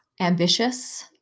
ambitious